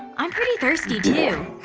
i'm pretty thirsty too.